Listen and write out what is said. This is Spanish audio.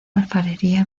alfarería